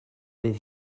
fydd